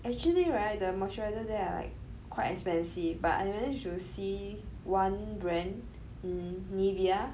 actually right the moisturizer there are like quite expensive but I managed to see one brand ni~ Nivea